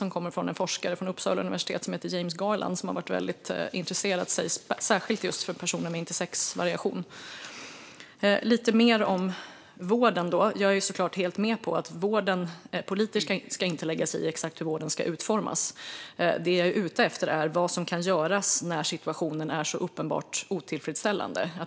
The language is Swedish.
Den kommer från en forskare från Uppsala universitet som heter Jameson Garland och som har intresserat sig särskilt för personer med intersexvariation. Jag ska tala lite mer om vården. Jag är såklart helt med på att politiker inte ska lägga sig i exakt hur vården utformas. Det jag är ute efter är vad som kan göras när situationen är så uppenbart otillfredsställande.